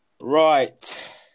Right